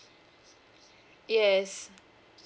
yes